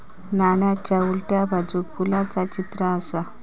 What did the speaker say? नाण्याच्या उलट्या बाजूक फुलाचा चित्र आसा